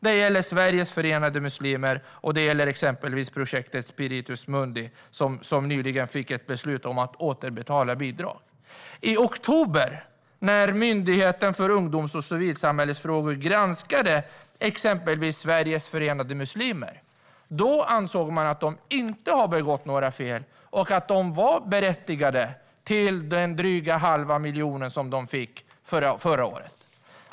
Det gäller Sveriges Förenade Muslimer och exempelvis projektet Spiritus Mundi, som nyligen fick ett beslut om att återbetala bidrag. När Myndigheten för ungdoms och civilsamhällesfrågor i oktober granskade exempelvis Sveriges Förenade Muslimer ansåg man att de inte hade begått några fel och att de var berättigade till den dryga halva miljon de fick förra året.